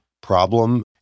problem